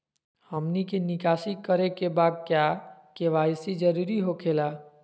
हमनी के निकासी करे के बा क्या के.वाई.सी जरूरी हो खेला?